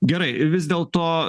gerai vis dėl to